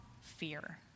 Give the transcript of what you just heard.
fear